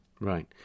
Right